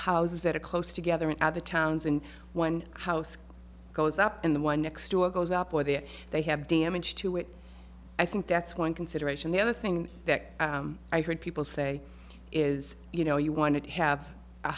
houses that are close together in other towns and one house goes up and the one next door goes up or there they have damage to it i think that's one consideration the other thing that i've heard people say is you know you're going to have a